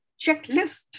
checklist